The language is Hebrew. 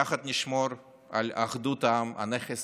יחד נשמור על אחדות העם הנכס